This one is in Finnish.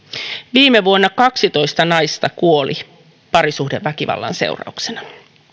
viime vuonna kaksitoista naista kuoli parisuhdeväkivallan seurauksena